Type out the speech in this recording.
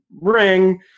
ring